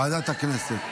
ועדת הכנסת.